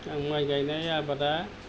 आं माइ गायनाय आबादा